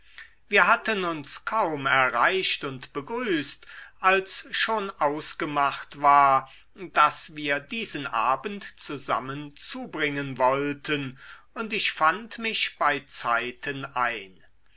wir hatten uns kaum erreicht und begrüßt als schon ausgemacht war daß wir diesen abend zusammen zubringen wollten und ich fand mich bei zeiten ein